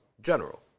general